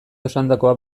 esandakoak